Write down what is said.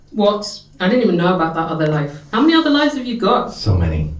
what? i didn't even know about the other life. how many other lives have you got? so many.